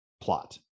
plot